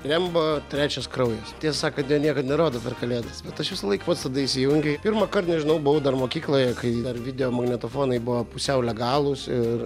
rembo trečias kraujas tiesą sakant jo niekad nerodo per kalėdas bet aš visąlaik pats tada įsijungiu pirmąkart nežinau buvau dar mokykloje kai dar videomagnetofonai buvo pusiau legalūs ir